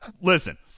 Listen